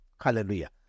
Hallelujah